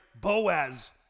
Boaz